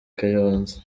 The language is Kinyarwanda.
kayonza